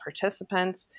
participants